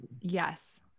Yes